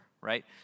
right